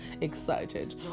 excited